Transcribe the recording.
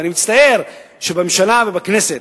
ואני מצטער שבממשלה ובכנסת,